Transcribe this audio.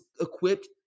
equipped